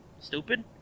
Stupid